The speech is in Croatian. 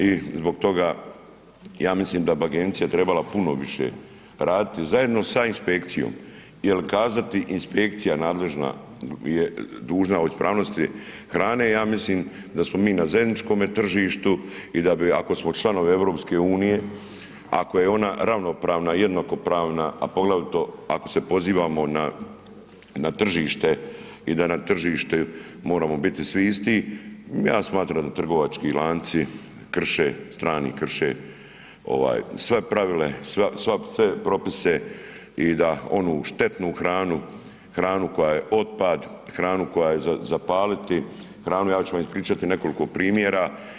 I zbog toga ja mislim da bi agencija trebala puno više raditi zajedno sa inspekcijom jel kazati inspekcija nadležna je dužna o ispravnosti hrane, ja mislim da smo mi na zajedničkome tržištu i da bi ako smo članovi EU, ako je ona ravnopravna, jednakopravna, a poglavito ako se pozivamo na tržište i da na tržište moramo biti svi isti, ja smatram da trgovački lanci krše, strani krše ovaj sva pravila ovaj sve propise i da onu štetnu hranu, hranu koja je otpad, hranu koja je za zapaliti, hranu ja ću vam ispričati nekoliko primjera.